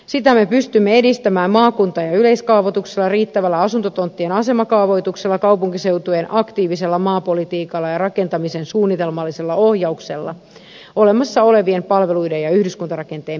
sitä me pystymme edistämään maakunta ja yleiskaavoituksella riittävällä asuntotonttien asemakaavoituksella kaupunkiseutujen aktiivisella maapolitiikalla ja rakentamisen suunnitelmallisella ohjauksella olemassa olevien palveluiden ja yhdyskuntarakenteen piiriin